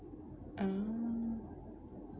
ah